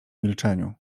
milczeniu